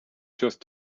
just